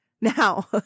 Now